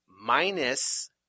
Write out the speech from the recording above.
minus